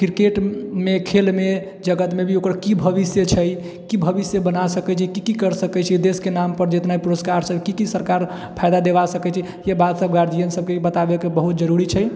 क्रिकेटमे खेलमे जगतमे भी ओकर की भविष्य छै की भविष्य बना सकैत छै की की करि सकैत छै देशके नाम पर जेतना भी पुरस्कार सब की की सरकार फायदा देवा सकैत छै ई बात गार्जियन सबके भी बताबेके बहुत जरूरी छै